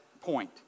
point